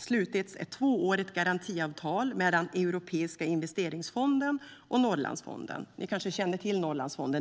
slutits ett tvåårigt garantiavtal mellan Europeiska investeringsfonden och Norrlandsfonden. Ni kanske känner till Norrlandsfonden.